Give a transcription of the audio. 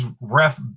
ref